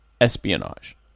espionage